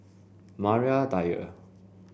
Maria Dyer